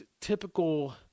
typical